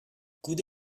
coude